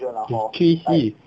the three P's